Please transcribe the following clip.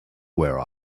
where